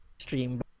Stream